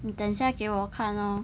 你等一下给我看咯